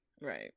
Right